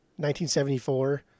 1974